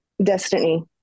destiny